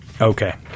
Okay